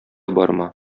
барма